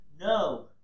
no